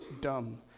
dumb